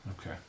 Okay